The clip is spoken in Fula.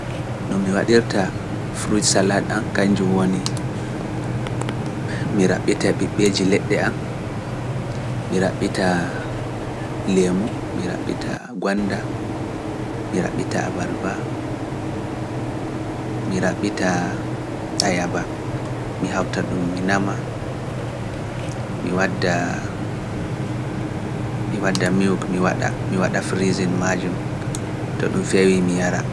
Mi raɓɓitai ɓiɓɓe leɗɗe feere-feere mi laiɓaɗe boɗɗum. Mi ɓanna laɓi mi taƴa nɗen mi hamƴa mi itta ndiyam ɗan.